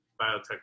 biotech